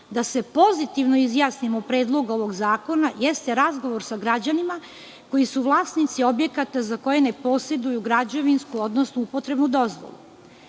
da se pozitivno izjasnim o predlogu ovog zakona jeste razgovor sa građanima koji su vlasnici objekata za koje ne poseduju građevinsku, odnosno upotrebnu dozvolu.